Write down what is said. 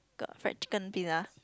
got fried chicken pizza